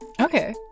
Okay